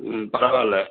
ம் பரவாயில்லை